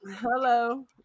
Hello